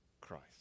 Christ